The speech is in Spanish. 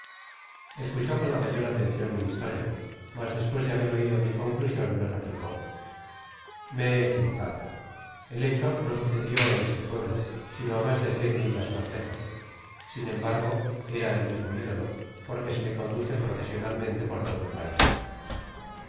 escuchó con fa mayor atencion mi historia mas despues de haber oido mi conclusion me replicó me he equivocado el hecho no sucedio en este pueblo sino á unas cien mirlas mas lejos sin embargo erá el mismo idolo porque se le conduce procesiottalmente por todo el pais